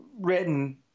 written